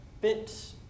bit